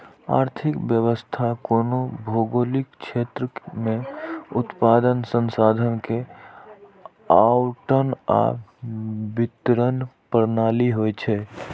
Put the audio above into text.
आर्थिक व्यवस्था कोनो भौगोलिक क्षेत्र मे उत्पादन, संसाधन के आवंटन आ वितरण प्रणाली होइ छै